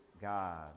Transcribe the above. God